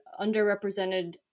underrepresented